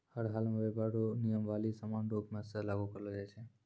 हर हालमे व्यापार रो नियमावली समान रूप से लागू करलो जाय छै